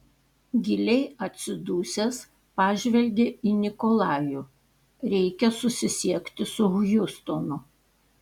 giliai atsidusęs pažvelgė į nikolajų reikia susisiekti su hjustonu